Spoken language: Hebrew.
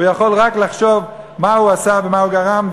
הוא יכול רק לחשוב מה הוא עשה ולמה הוא גרם,